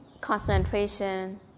concentration